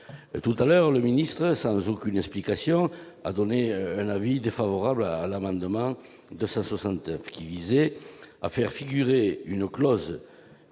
Tout à l'heure, M. le ministre, sans aucune explication, a émis un avis défavorable sur l'amendement n° 269 rectifié, qui visait à faire figurer une clause